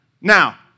Now